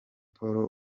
paul